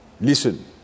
Listen